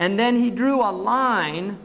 and then he drew a line